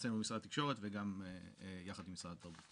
במשרד התקשורת וגם יחד עם משרד התרבות.